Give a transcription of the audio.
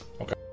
Okay